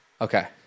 Okay